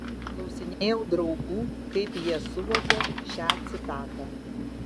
klausinėjau draugų kaip jie suvokia šią citatą